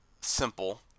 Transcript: simple